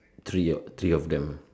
three three of them uh